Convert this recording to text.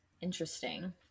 Interesting